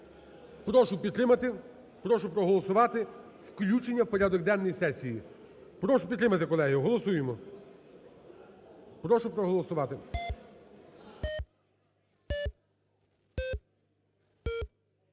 Прошу підтримати, прошу проголосувати включення в порядок денний сесії. Прошу підтримати, колеги. Голосуємо. Прошу проголосувати.